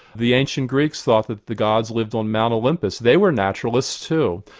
the ancient greeks thought that the gods lived on mount olympus, they were naturalists too.